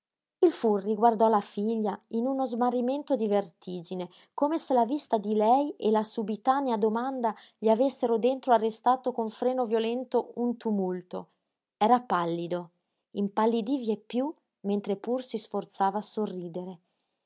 il furri guardò la figlia in uno smarrimento di vertigine come se la vista di lei e la subitanea domanda gli avessero dentro arrestato con freno violento un tumulto era pallido impallidí vieppiú mentre pur si sforzava a sorridere